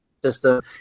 system